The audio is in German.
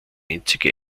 einzige